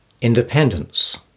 independence